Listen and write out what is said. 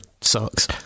sucks